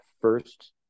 first